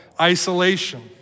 isolation